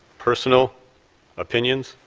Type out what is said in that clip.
personal opinions,